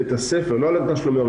לא על תשלומי ההורים,